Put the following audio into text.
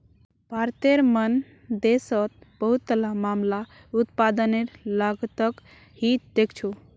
भारतेर मन देशोंत बहुतला मामला उत्पादनेर लागतक ही देखछो